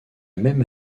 même